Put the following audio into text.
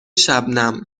شبنم